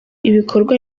ibikorwa